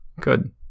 Good